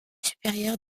supérieur